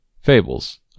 Fables